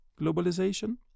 globalization